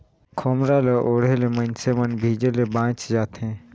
खोम्हरा ल ओढ़े ले मइनसे मन भीजे ले बाएच जाथे